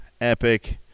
Epic